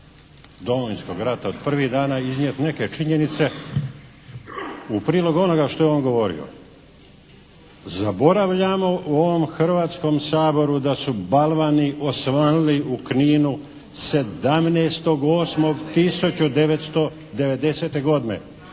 Domovinskog rata od prvih dana i iznijeti neke činjenice u prilog onoga što je on govorio. Zaboravljamo u ovom Hrvatskom saboru da su balvani osvanuli u Kninu 17.8.1990. godine.